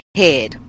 head